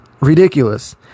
ridiculous